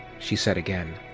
she said again.